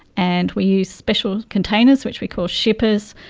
and we use special containers which we call shippers.